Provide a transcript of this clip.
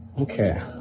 Okay